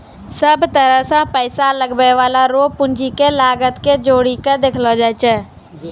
सब तरह से पैसा लगबै वाला रो पूंजी के लागत के जोड़ी के देखलो जाय छै